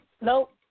Nope